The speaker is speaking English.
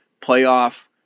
playoff